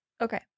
Okay